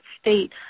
state